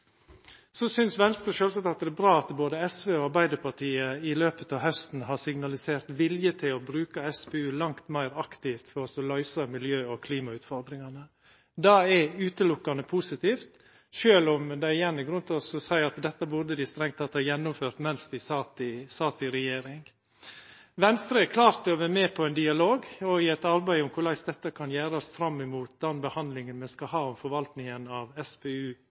Så synest me i Venstre sjølvsagt at det er bra at både SV og Arbeidarpartiet i løpet av hausten har signalisert vilje til å bruka SPU langt meir aktivt for å løysa miljø- og klimautfordringane. Det er utelukkande positivt, sjølv om det igjen er grunn til å seia at dette burde dei strengt tatt ha gjennomført mens dei sat i regjering. Me i Venstre er klare til å vera med på ein dialog og i eit arbeid om korleis dette kan gjerast fram mot den behandlinga me skal ha om forvaltninga av SPU